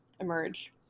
emerge